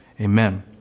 Amen